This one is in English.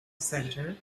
center